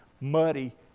muddy